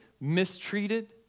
mistreated